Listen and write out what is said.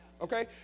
Okay